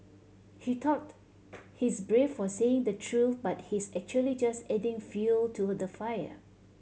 he thought he's brave for saying the truth but he's actually just adding fuel to the fire